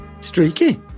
Streaky